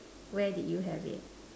where did you have it